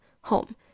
home